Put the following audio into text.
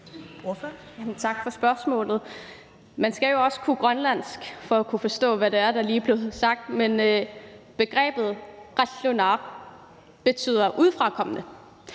Man skal jo også kunne grønlandsk for at kunne forstå, hvad det er, der lige er blevet sagt, men begrebet qallunaaq betyder »udefrakommende«.